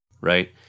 Right